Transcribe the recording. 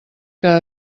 que